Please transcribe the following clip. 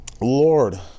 Lord